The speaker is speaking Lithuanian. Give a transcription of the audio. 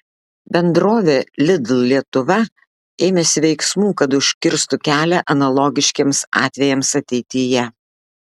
bendrovė lidl lietuva ėmėsi veiksmų kad užkirstų kelią analogiškiems atvejams ateityje